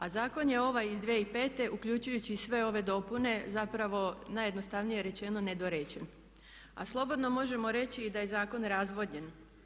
A zakon je ovaj iz 2005. uključujući i sve ove dopune zapravo najjednostavnije rečeno nedorečen, a slobodno možemo reći i da je zakon razvodnjen.